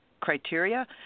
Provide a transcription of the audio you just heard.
criteria